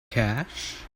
cash